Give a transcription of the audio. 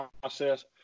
process